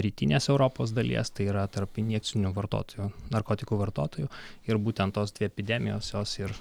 rytinės europos dalies tai yra tarp injekcinių vartotojų narkotikų vartotojų ir būtent tos dvi epidemijos jos ir